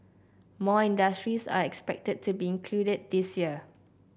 more industries are expected to be included this year